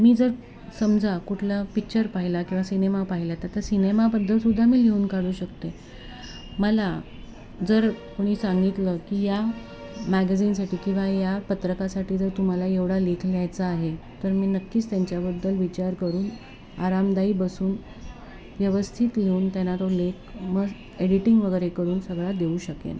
मी जर समजा कुठला पिच्चर पाहिला किंवा सिनेमा पाहिला तर त्या सिनेमाबद्दल सुुद्धा मी लिहून काढू शकते मला जर कोणी सांगितलं की या मॅगझीनसाठी किंवा या पत्रकासाठी जर तुम्हाला एवढा लेख लिहायचा आहे तर मी नक्कीच त्यांच्याबद्दल विचार करून आरामदायी बसून व्यवस्थित लिहून त्यांना तो लेख मग एडिटिंग वगैरे करून सगळा देऊ शकेन